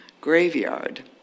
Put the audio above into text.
graveyard